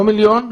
לא מיליון,